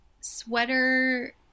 sweater